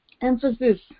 emphasis